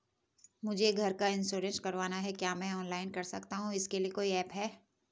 मुझे घर का इन्श्योरेंस करवाना है क्या मैं ऑनलाइन कर सकता हूँ इसके लिए कोई ऐप है?